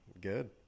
Good